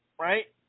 Right